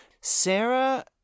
Sarah